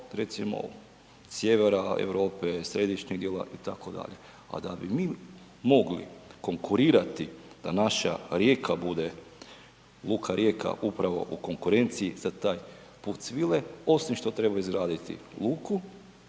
recimo do sjevera Europe, središnjeg dijela itd. A da bi mi mogli konkurirati da naša Rijeka bude Luka Rijeka upravo u konkurenciji za taj put svile osim što treba izgraditi luku